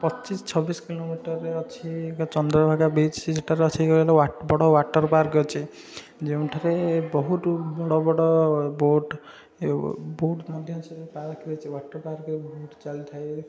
ପଚିଶ ଛବିଶ କିଲୋମିଟର୍ରେ ଅଛି ଚନ୍ଦ୍ରଭାଗା ବିଚ୍ ସେଠାରେ ବଡ଼ ୱାଟର୍ ପାର୍କ୍ ଅଛି ଯେଉଁଠାରେ ବହୁତ ବଡ଼ ବଡ଼ ବଡ଼ ବହୁତ ବହୁତ ମଧ୍ୟ ସେ ପାର୍କ୍ରେ ୱାଟର୍ ପାର୍କ୍ରେ ବହୁତ ଚାଲିଥାଏ